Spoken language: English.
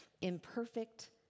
imperfect